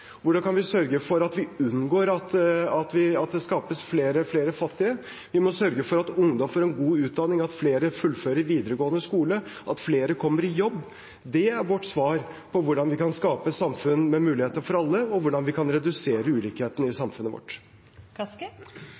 Hvordan kan vi sørge for å unngå at det skapes flere fattige? Vi må sørge for at ungdom får en god utdanning, at flere fullfører videregående skole, at flere kommer i jobb. Det er vårt svar på hvordan vi kan skape et samfunn med muligheter for alle, og hvordan vi kan redusere ulikheten i samfunnet vårt. Kari Elisabeth Kaski